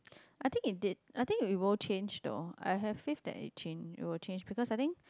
I think it did I think it will change though I have fate that it change it will change because I think